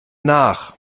nach